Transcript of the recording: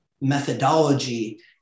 methodology